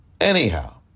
Anyhow